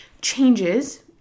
changes